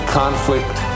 conflict